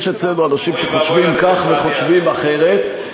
יש אצלנו אנשים שחושבים כך וחושבים אחרת.